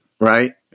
Right